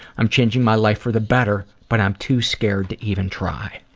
i'm changing my life for the better, but i'm too scared to even try.